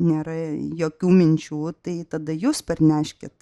nėra jokių minčių tai tada jūs parneškit